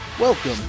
Welcome